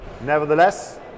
Nevertheless